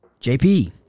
JP